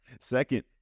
Second